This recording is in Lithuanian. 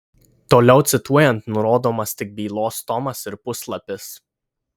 toliau cituojant nurodomas tik bylos tomas ir puslapis